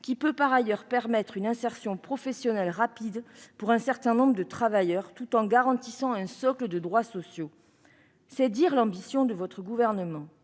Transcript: qui peut par ailleurs permettre une insertion professionnelle rapide pour un certain nombre de travailleurs, tout en garantissant un socle de droits sociaux ». C'est dire l'ambition de votre gouvernement